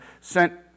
sent